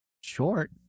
short